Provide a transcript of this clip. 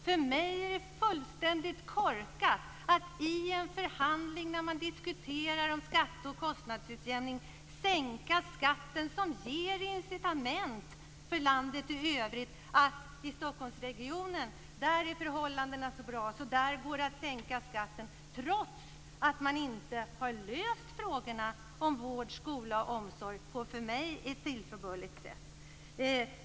För mig är det fullständigt korkat att i en förhandling där man diskuterar skatter och kostnadsutjämning sänka skatten. Det ger för landet i övrigt en bild av att förhållandena i Stockholmsregionen är så bra att det går att sänka skatten. Ändå har man inte har löst frågorna om vård, skola och omsorg på ett sätt som jag anser vara tillbörligt.